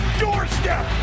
doorstep